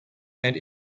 and